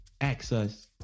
access